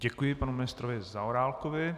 Děkuji panu ministrovi Zaorálkovi.